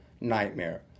nightmare